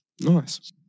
Nice